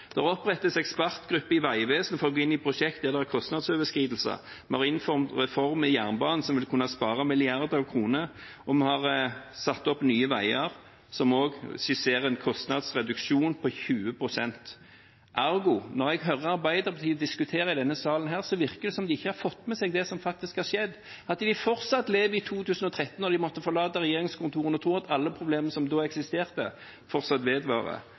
der det er kostnadsoverskridelser. Vi har innført reformer i jernbanen som gjør at vi vil kunne spare milliarder av kroner, og vi har satt opp Nye Veier, som også skisserer en kostnadsreduksjon på 20 pst. Ergo: Når jeg hører Arbeiderpartiet diskutere i denne salen, virker det som om de ikke har fått med seg det som faktisk har skjedd, at de fortsatt lever i 2013, da de måtte forlate regjeringskontorene, og tror at alle problemene som da eksisterte, fortsatt vedvarer.